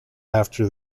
after